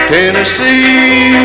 Tennessee